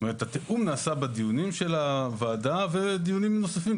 התיאום נעשה בדיונים של הוועדה ודיונים נוספים,